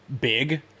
big